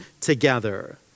together